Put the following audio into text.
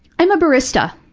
i'm a barista.